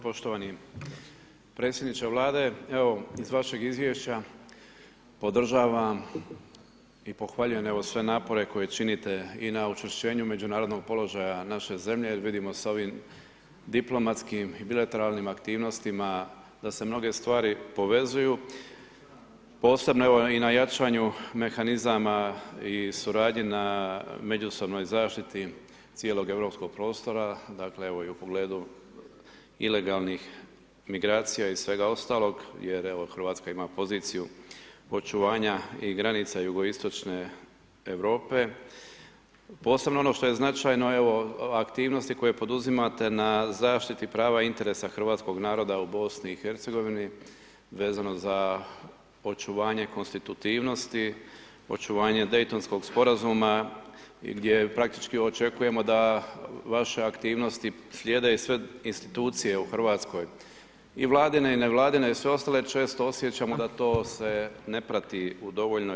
Poštovani predsjedniče Vlade, evo iz vašeg Izvješća podržavam i pohvaljujem evo sve napore koje činite i na učvršćenju međunarodnog položaja naše zemlje, jer vidimo sa ovim diplomatskim i bilateralnim aktivnostima, da se mnoge stvari povezuju, posebno evo i na jačanju mehanizama i suradnji na međusobnoj zaštiti cijelog europskog prostora, dakle evo i u pogledu ilegalnih migracija i svega ostalog, jer evo Hrvatska ima poziciju očuvanja i granica jugoistočne Europe, posebno ono što je značajno, evo, aktivnosti koje poduzimate na zaštiti prava interesa hrvatskog naroda u Bosni i Hercegovini, vezano za očuvanje konstitutivnosti, očuvanje Daytonskog sporazuma, gdje praktički očekujemo da vaše aktivnosti slijede i sve Institucije u Hrvatskoj, i Vladine i ne vladine, i sve ostale, često osjećamo da to se ne prati u dovoljnoj mjeri.